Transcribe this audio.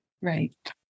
Right